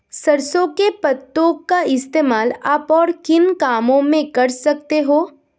सरसों के पत्तों का इस्तेमाल आप और किन कामों में कर सकते हो?